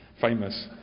famous